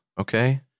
Okay